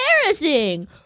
EMBARRASSING